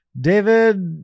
David